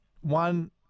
One